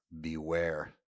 beware